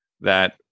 that-